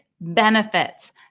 benefits